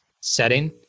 setting